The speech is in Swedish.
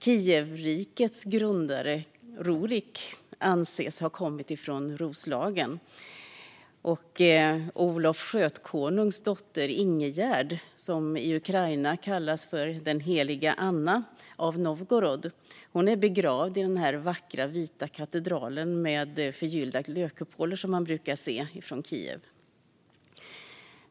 Kievrikets grundare Rurik anses ha kommit från Roslagen. Olof Skötkonungs dotter Ingegerd, i Ukraina kallad den heliga Anna av Novgorod, är begravd i den vackra vita katedralen med förgyllda lökkupoler som man kan se i Kiev.